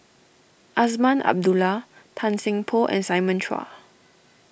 Azman Abdullah Tan Seng Poh and Simon Chua